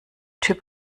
typ